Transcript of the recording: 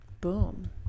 boom